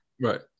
Right